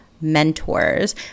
mentors